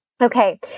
Okay